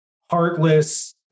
heartless